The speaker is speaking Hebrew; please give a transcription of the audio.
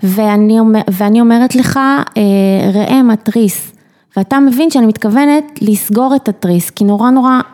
ואני אומרת לך, ראה מה תריס. ואתה מבין שאני מתכוונת לסגור את התריס, כי נורא נורא...